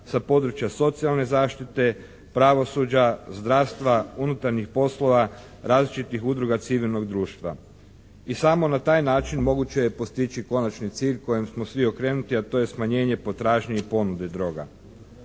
sa područja socijalne zaštite, pravosuđa, zdravstva, unutarnjih poslova, različitih udruga civilnog društva. I samo na taj način moguće je postići konačni cilj kojem smo svi okrenuti, a to je smanjenje potražnje i ponude droga.